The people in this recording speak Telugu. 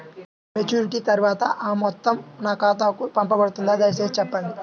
మెచ్యూరిటీ తర్వాత ఆ మొత్తం నా ఖాతాకు పంపబడుతుందా? దయచేసి చెప్పండి?